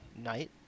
night